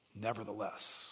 Nevertheless